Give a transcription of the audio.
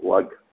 okay